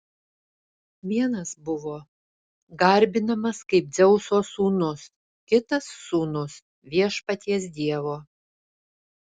vienas buvo garbinamas kaip dzeuso sūnus kitas sūnus viešpaties dievo